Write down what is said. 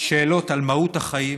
שאלות על מהות החיים